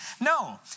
No